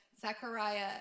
Zechariah